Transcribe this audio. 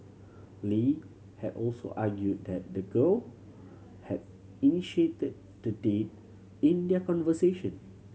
Lee had also argued that the girl had initiated the date in their conversation